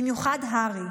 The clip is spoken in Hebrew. במיוחד הר"י,